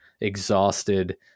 exhausted